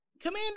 Commander